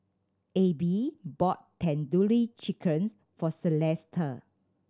Abbie bought Tandoori Chickens for Celesta